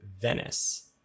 Venice